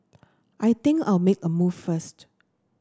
I think I'll make a move first